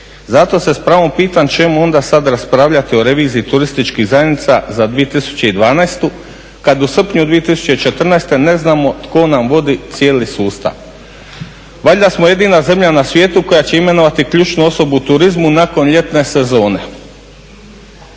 Zato se s pravom pitam čemu onda sad raspravljati o reviziji turističkih zajednica za 2012. kad u srpnju 2014. ne znamo tko nam vodi cijeli sustav. Valjda smo jedina zemlja na svijetu koja će imenovati ključnu osobu u turizmu nakon ljetne sezone.